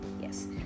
yes